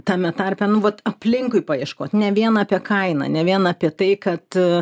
tame tarpe nu vat aplinkui paieškot ne vien apie kainą ne vien apie tai kad